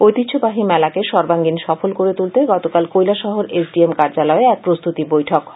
ঐতিহ্যবাহী মেলাকে সর্বাঙ্গীন সফল করে তুলতে গতকাল কৈলাসহর এস ডি এম কার্যালয়ে এক প্রস্তুতি বৈঠক হয়